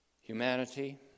humanity